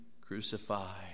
crucified